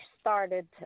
started